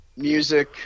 Music